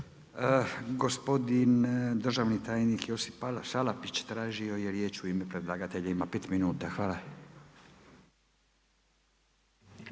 Gospodin državni tajnik Josip Salapić tražio je riječ u ime predlagatelja ima pet minuta. Hvala.